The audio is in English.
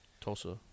tulsa